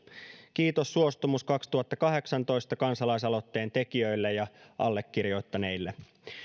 kiitos suostumus kaksituhattakahdeksantoista kansalaisaloitteen tekijöille ja allekirjoittaneille